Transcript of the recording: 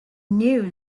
knew